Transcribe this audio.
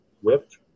whipped